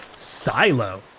silo!